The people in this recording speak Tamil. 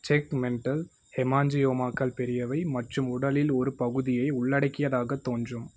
செக்மென்டல் ஹெமாஞ்சியோமாக்கள் பெரியவை மற்றும் உடலின் ஒரு பகுதியை உள்ளடக்கியதாகத் தோன்றும்